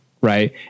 Right